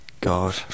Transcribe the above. God